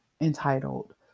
entitled